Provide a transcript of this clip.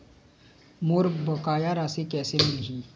मोर बकाया राशि कैसे मिलही?